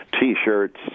T-shirts